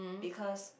because